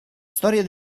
storia